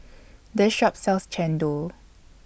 This Shop sells Chendol